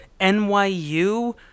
NYU